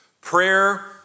Prayer